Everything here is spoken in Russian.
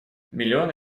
миллионы